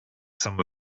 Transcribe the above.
some